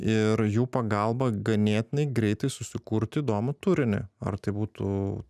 ir jų pagalba ganėtinai greitai susikurti įdomų turinį ar tai būtų